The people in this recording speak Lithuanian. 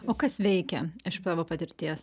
o kas veikia iš savo patirties